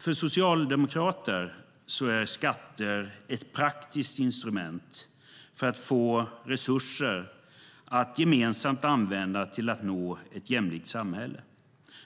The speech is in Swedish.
För socialdemokrater är skatter ett praktiskt instrument för att få resurser att gemensamt använda till att nå ett jämlikt samhälle